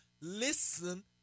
listen